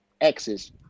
x's